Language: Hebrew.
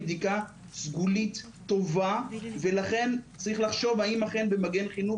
בדיקה סגולית טובה ולכן צריך לחשוב האם אכן במגן חינוך